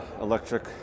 electric